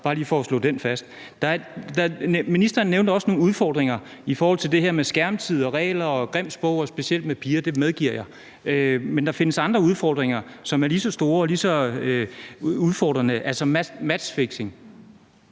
er bare for at slå det fast. Ministeren nævnte også nogle udfordringer i forhold til det her med skærmtid, regler og grimt sprog især over for piger, og det medgiver jeg, men der findes andre udfordringer, som er lige så store: matchfixing,